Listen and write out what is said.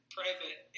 private